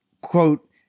Quote